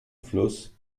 fluss